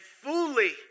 fully